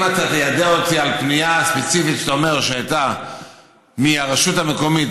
אם אתה תיידע אותי על פנייה ספציפית שאתה אומר שהייתה מהרשות המקומית